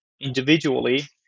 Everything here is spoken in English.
individually